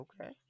Okay